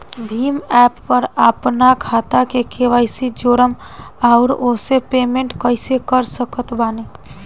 Bhim app पर आपन खाता के कईसे जोड़म आउर ओसे पेमेंट कईसे कर सकत बानी?